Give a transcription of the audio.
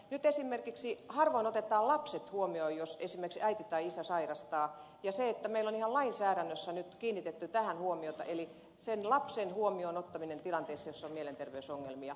nyt esimerkiksi harvoin otetaan lapset huomioon jos esimerkiksi äiti tai isä sairastaa ja meillä on ihan lainsäädännössä nyt kiinnitetty tähän huomiota eli sen lapsen huomioon ottamiseen tilanteessa jossa on mielenter veysongelmia